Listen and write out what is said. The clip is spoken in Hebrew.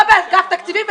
לא באגף תקציבים,